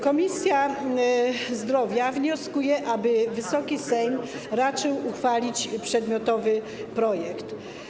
Komisja Zdrowia wnioskuje, aby Wysoki Sejm raczył uchwalić przedmiotowy projekt.